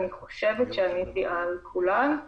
אני חושבת שעניתי על כולן.